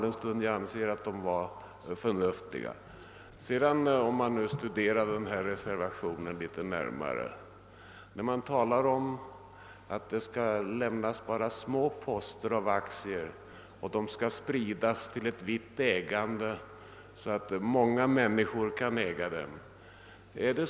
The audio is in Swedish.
Det talas i reservationen om att endast små aktieposter i de statliga företagen skall utlämnas och om att dessa skall spridas till ett vitt utbrett ägande.